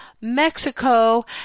Mexico